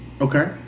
Okay